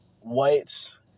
whites